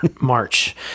March